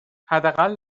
حداقل